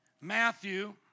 Matthew